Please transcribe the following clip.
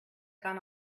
gone